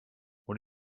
what